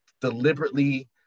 deliberately